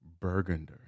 Burgunder